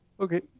Okay